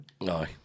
No